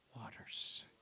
waters